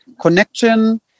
connection